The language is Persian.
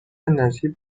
نجیب